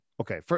okay